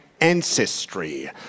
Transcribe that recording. ancestry